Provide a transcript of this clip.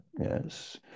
yes